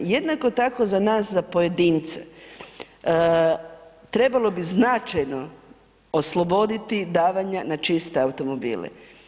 Jednako tako za nas za pojedince, trebalo bi značajno osloboditi davanja na čiste automobile.